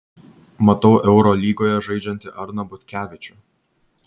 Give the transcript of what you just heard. matau eurolygoje žaidžiantį arną butkevičių